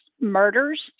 murders